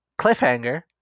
cliffhanger